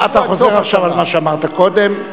תודה, אתה חוזר עכשיו על מה שאמרת קודם.